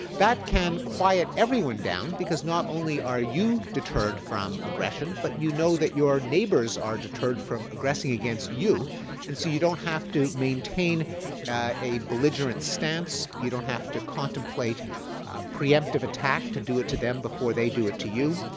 that can quiet everyone down because not only are you deterred from aggression but you know that your neighbors are deterred from aggressing against you and so you don't have to maintain a belligerent stance. you don't have to contemplate preemptive attack to do it to them before they do it to you.